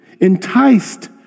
enticed